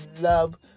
love